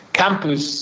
campus